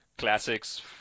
classics